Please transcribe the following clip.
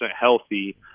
healthy